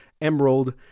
emerald